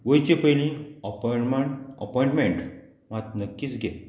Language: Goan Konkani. वयचे पयली अपॉयम ऑपॉयंटमेंट मात नक्कीच घे